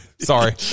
sorry